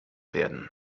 werden